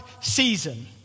season